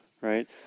right